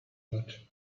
what